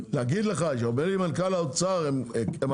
להגיד לך לדבר עם מנכ"ל משרד ראש הממשלה,